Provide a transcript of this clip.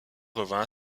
revint